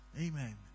Amen